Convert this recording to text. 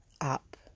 up